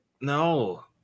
no